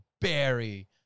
Barry